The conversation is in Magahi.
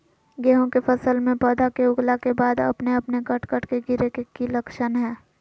गेहूं के फसल में पौधा के उगला के बाद अपने अपने कट कट के गिरे के की लक्षण हय?